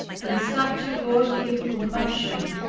and a subject worthy of compassion